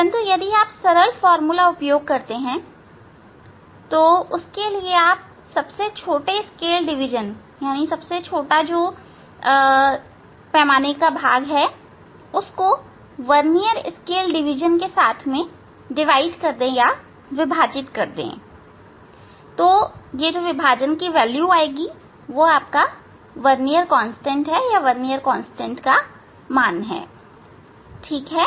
परंतु यदि आप सरल फार्मूला उपयोग करते हैं उसके लिए सबसे छोटे स्केल डिवीजन को वर्नियर स्केल डिविजन के साथ विभाजित करते हैं यह वर्नियर कांस्टेंट है